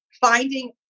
finding